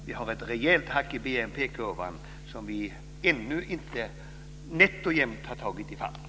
Vi har ju ett rejält hack i BNP-kurvan och där har vi nätt och jämt kommit i fatt.